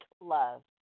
love